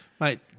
mate